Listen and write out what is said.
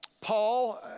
Paul